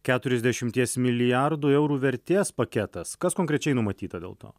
keturiasdešimties milijardų eurų vertės paketas kas konkrečiai numatyta dėl to